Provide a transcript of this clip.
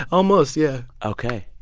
almost, yeah ok,